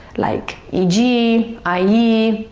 like e g, i e.